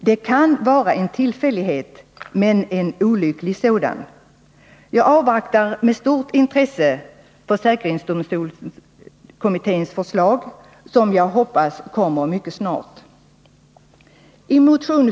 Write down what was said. Det kan vara en tillfällighet, men i så fall en olycklig sådan. Jag avvaktar med stort intresse försäkringsdomstolskommitténs förslag, som jag hoppas kommer mycket snart.